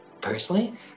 personally